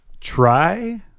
try